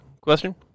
question